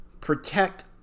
protect